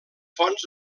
fonts